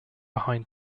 behind